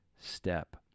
step